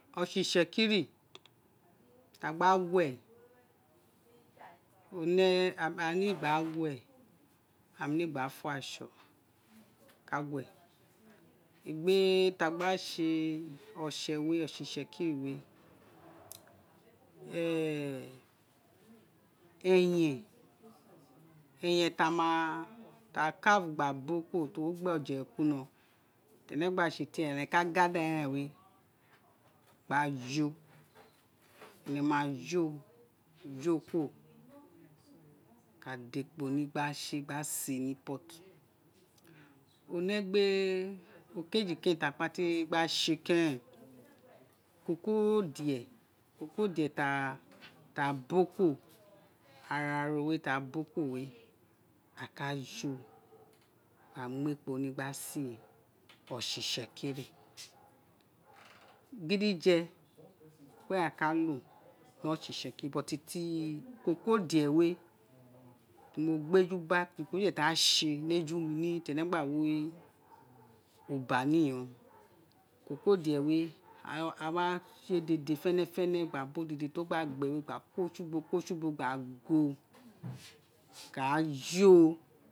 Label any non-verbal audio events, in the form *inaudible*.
Ose itsekiri ti a gue one a ne ni gba gue la mi mi gba fo aso ka gue egbe ti a gba se o se we ose itsekiri we *hesitation* eyen eyen ti a ma carve gba gun kuro ti wo gba oje re kuri ino ti ene gba ren ene ka ga oler eren gba jo ene ma jolo kuro ene ka da ekpo ni gba se una se ni pot o ne egbe oke ji ke ti a pa te ka se keren ikoko die ikoko die ta ta bo kuro ara no we ti a bo kuro we aka tie aka mu ekpo ni abe se ose itsekiri gi dije were aka lo ni o se itsekiri but ti kokodi we mo gbe eju ba ti kokodie ti a se ni ene gba wi una iyin ghen kokodie we awa se dede fene fene ni gba bo ubo ko si ubo ka joo